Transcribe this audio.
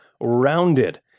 rounded